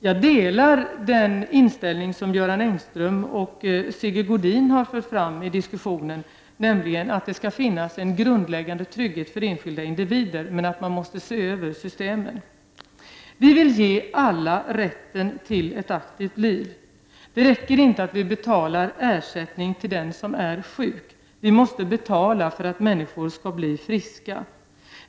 Jag delar de uppfattningar som Göran Engström och Sigge Godin har fört fram i diskussionen, nämligen att det skall finnas en grundläggande trygghet för enskilda individer men att man måste se över systemen. Vi vill ge alla rätten till ett aktivt liv. Det räcker inte att vi betalar ersättning till den som är sjuk — vi måste betala för att människor skall bli friska.